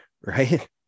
right